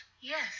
Yes